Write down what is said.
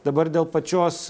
dabar dėl pačios